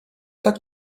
tak